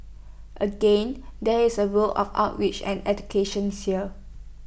again there is A role of outreach and eductions here